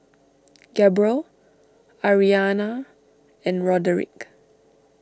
Gabriel Aryana and Roderic